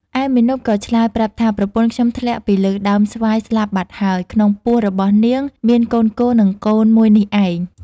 ឯមាណពក៏ឆ្លើយប្រាប់ថា ប្រពន្ធខ្ញុំធ្លាក់ពីលើដើមស្វាយស្លាប់បាត់ហើយ ក្នុងពោះរបស់នាងមានកូនគោនិងកូនមួយនេះឯង ។